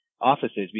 offices